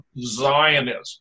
Zionism